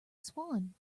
swan